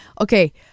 Okay